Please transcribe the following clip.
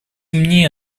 мне